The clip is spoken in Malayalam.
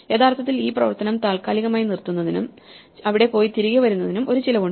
യഥാർത്ഥത്തിൽ ഈ പ്രവർത്തനം താൽക്കാലികമായി നിർത്തുന്നതിനും അവിടെ പോയി തിരികെ വരുന്നതിനും ഒരു ചിലവുണ്ട്